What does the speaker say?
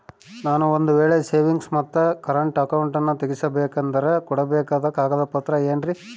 ನಾನು ಒಂದು ವೇಳೆ ಸೇವಿಂಗ್ಸ್ ಮತ್ತ ಕರೆಂಟ್ ಅಕೌಂಟನ್ನ ತೆಗಿಸಬೇಕಂದರ ಕೊಡಬೇಕಾದ ಕಾಗದ ಪತ್ರ ಏನ್ರಿ?